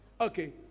Okay